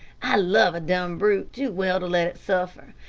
i love a dumb brute too well to let it suffer,